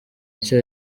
nshya